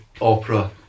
opera